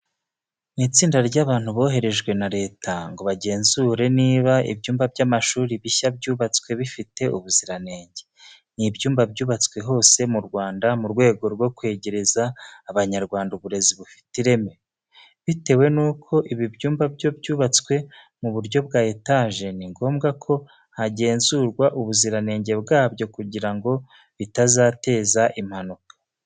Ni itsinda ry'abantu boherejwe na leta ngo bagenzure niba ibyumba by'amashuri bishya byubatswe bifite ubuziranenge. Ni ibyumba byubatswe hose mu Rwanda mu rwego rwo kwegereza Abanyarwanda uburezi bufite ireme. Bitewe nuko ibi byumba byo byubatswe mu buryo bwa etaje, ni ngombwa ko hagenzurwa ubuziranenge bwabyo kugira ngo bitazateza impanuka.